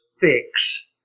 fix